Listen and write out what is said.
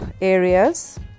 areas